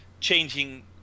changing